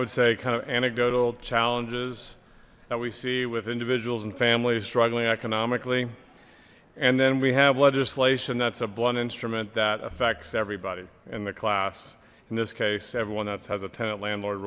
would say kind of anecdotal challenges that we see with individuals and families struggling economically and then we have legislation that's a blunt instrument that affects everybody in the class in this case everyone that has a tenant landlord